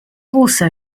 also